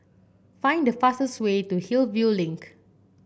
find the fastest way to Hillview Link